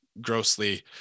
grossly